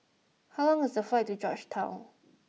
how long is the flight to Georgetown